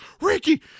Ricky